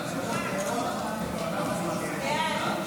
אי-אמון